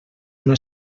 una